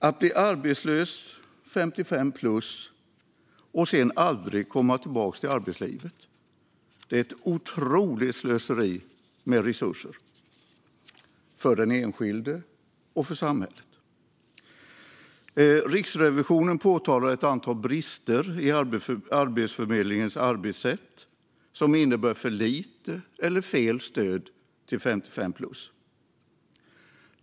Att bli arbetslös vid 55-plus och sedan aldrig komma tillbaka till arbetslivet är ett otroligt slöseri med resurser, för den enskilde och för samhället. Riksrevisionen påtalar ett antal brister i Arbetsförmedlingens arbetssätt som innebär för lite eller fel stöd till 55-plus.